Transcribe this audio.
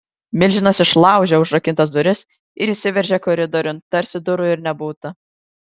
milžinas išlaužė užrakintas duris ir įsiveržė koridoriun tarsi durų ir nebūta